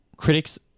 Critics